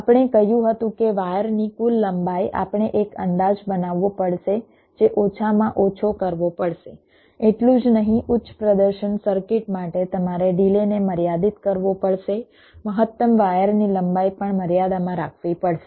આપણે કહ્યું હતું કે વાયરની કુલ લંબાઈ આપણે એક અંદાજ બનાવવો પડશે જે ઓછામાં ઓછો કરવો પડશે એટલું જ નહીં ઉચ્ચ પ્રદર્શન સર્કિટ માટે તમારે ડિલેને મર્યાદિત કરવો પડશે મહત્તમ વાયરની લંબાઈ પણ મર્યાદામાં રાખવી પડશે